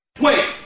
Wait